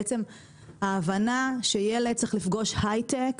למעשה ההבנה היא שילד צריך לפגוש הייטק